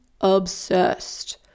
obsessed